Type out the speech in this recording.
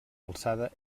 alçada